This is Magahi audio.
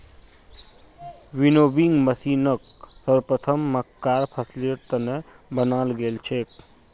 विनोविंग मशीनक सर्वप्रथम मक्कार फसलेर त न बनाल गेल छेक